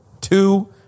two